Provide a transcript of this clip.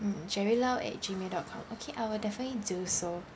mm jerry lao at Gmail dot com okay I will definitely do so